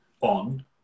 on